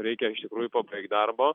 reikia iš tikrųjų pabaigt darbo